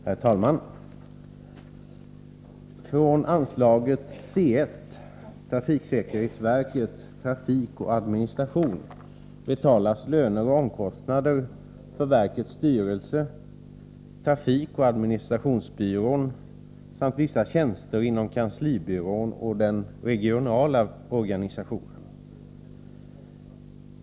Herr talman! Från anslaget C1. Trafiksäkerhetsverket: Trafik och administration betalas löner och omkostnader för verkets styrelse, trafikoch administrationsbyrån samt vissa tjänster inom kanslibyrån och den regionala organisationen.